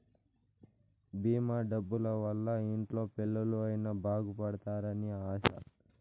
భీమా డబ్బుల వల్ల ఇంట్లో పిల్లలు అయిన బాగుపడుతారు అని ఆశ